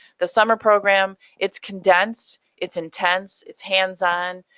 the summer program it's condensed, it's intense, it's hands-on.